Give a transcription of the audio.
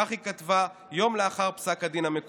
כך היא כתבה יום לאחר שניתן פסק הדין המקורי: